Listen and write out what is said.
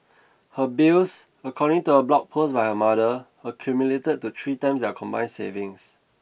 her bills according to a blog post by her mother accumulated to three times their combined savings